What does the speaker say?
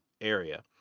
area